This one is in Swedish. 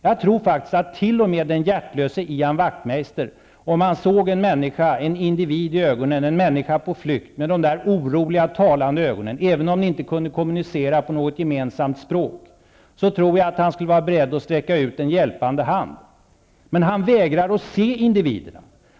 Jag tror faktiskt att t.o.m. den hjärtlöse Ian Wachtmeister, om han såg en människa -- en individ -- på flykt i ögonen, som var oroliga och talande, skulle vara beredd att sträcka ut en hjälpande hand, även om ni inte kunde kommunicera på något gemensamt språk. Men Ian Wachtmeister vägrar att se individerna.